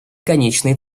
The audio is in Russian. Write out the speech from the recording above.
конечной